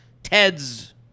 Ted's